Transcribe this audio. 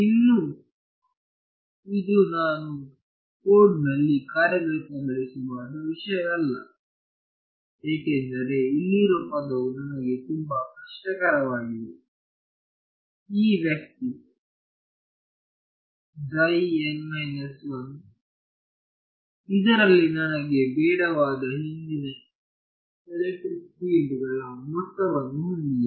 ಇನ್ನೂ ಇದು ನಾನು ಕೋಡ್ನಲ್ಲಿ ಕಾರ್ಯಗತಗೊಳಿಸಬಹುದಾದ ವಿಷಯವಲ್ಲ ಏಕೆಂದರೆ ಇಲ್ಲಿರುವ ಪದವು ನನಗೆ ತುಂಬಾ ಕಷ್ಟಕರವಾಗಿದೆ ಈ ವ್ಯಕ್ತಿ ಇದರಲ್ಲಿ ನನಗೆ ಬೇಡವಾದ ಎಲ್ಲಾ ಹಿಂದಿನ ಎಲೆಕ್ಟ್ರಿಕ್ ಫೀಲ್ಡ್ ಗಳ ಮೊತ್ತವನ್ನು ಹೊಂದಿದೆ